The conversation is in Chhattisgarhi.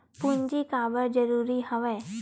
पूंजी काबर जरूरी हवय?